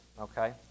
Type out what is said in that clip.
okay